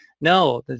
No